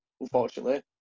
unfortunately